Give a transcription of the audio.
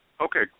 Okay